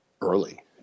early